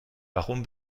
warum